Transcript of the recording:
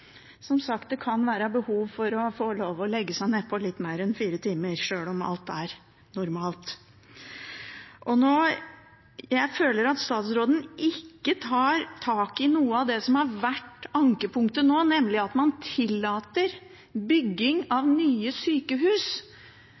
som sagt være behov for å få legge seg nedpå i litt mer enn fire timer, selv om alt er normalt. Jeg føler at statsråden ikke tar tak i noe av det som har vært ankepunktet nå, nemlig at man tillater bygging av nye sykehus